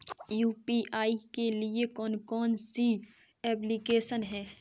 UPI के लिए कौन कौन सी एप्लिकेशन हैं?